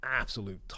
absolute